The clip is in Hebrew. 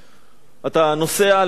אתה נוסע לארצות-הברית